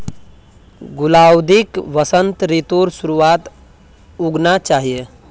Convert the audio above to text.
गुलाउदीक वसंत ऋतुर शुरुआत्त उगाना चाहिऐ